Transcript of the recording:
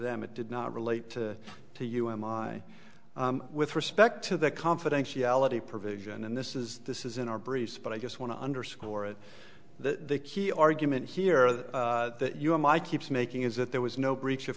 them it did not relate to to us my with respect to the confidentiality provision and this is this is in our breeze but i just want to underscore it the key argument here that you are my keeps making is that there was no breach of